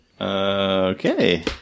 Okay